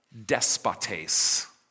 Despotes